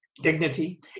Dignity